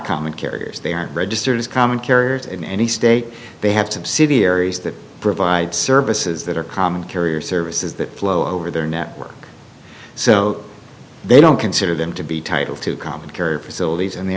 common carriers they aren't registered as common carriers in any state they have to see the areas that provide services that are common carrier services that flow over their network so they don't consider them to be title to common carrier facilities and the